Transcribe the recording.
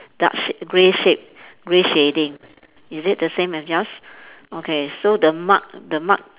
dark shape grey shape grey shading is it the same as yours okay so the mark the mark